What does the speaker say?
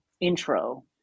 intro